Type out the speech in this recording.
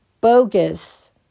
bogus